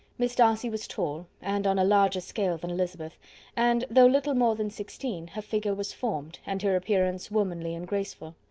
miss darcy was tall, and on a larger scale than elizabeth and, though little more than sixteen, her figure was formed, and her appearance womanly and graceful.